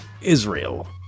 Israel